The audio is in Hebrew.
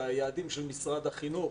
שהיעדים של משרד החינוך,